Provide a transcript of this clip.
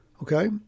okay